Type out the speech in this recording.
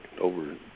over